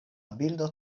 bildo